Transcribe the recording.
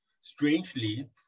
strangely